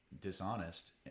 dishonest